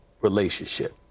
relationship